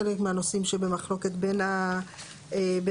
היא חלק מהנושאים שבמחלוקת בין המשרדים.